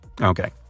Okay